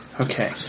Okay